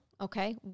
okay